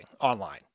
online